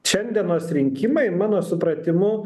šiandienos rinkimai mano supratimu